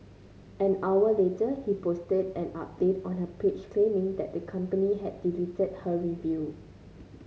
an hour later Ho posted an update on her page claiming that the company had deleted her review